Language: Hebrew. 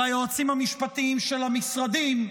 והיועצים המשפטיים של המשרדים,